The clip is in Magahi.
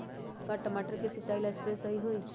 का टमाटर के सिचाई ला सप्रे सही होई?